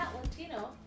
Latino